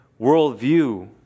worldview